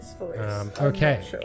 Okay